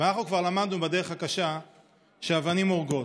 ואנחנו כבר למדנו בדרך הקשה שאבנים הורגות.